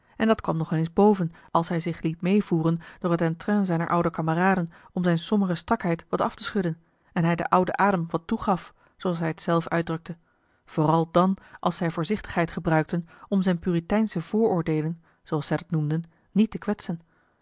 en dat kwam nog wel eens boven als hij zich liet meêvoeren door het entrain zijner oude kameraden om zijne sombere strakheid wat af te schudden en hij den ouden adam wat toegaf zooals hij het zelf uitdrukte vooral dan als zij voorzichtigheid gebruikten om zijne puriteinsche vooroordeelen zooals zij dat noemden niet te kwetsen